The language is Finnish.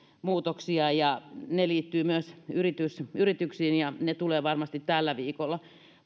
muutoksia ja ne liittyvät myös yrityksiin yrityksiin ja ne tulevat varmasti tällä viikolla